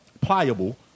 pliable